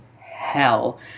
hell